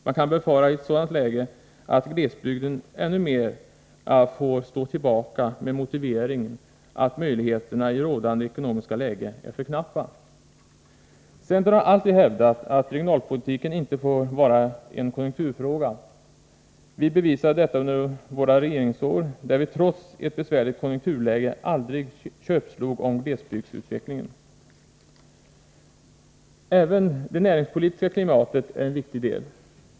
Man kan i ett sådant läge befara att glesbygden får stå tillbaka ännu mer med motiveringen att möjligheterna i rådande ekonomiska läge är för knappa. Centern har alltid hävdat att regionalpolitiken inte får vara en konjunkturfråga. Vi bevisade detta under våra regeringsår då vi, trots ett besvärligt konjunkturläge, aldrig köpslog om glesbygdsutvecklingen. Även det näringspolitiska klimatet är en viktig del.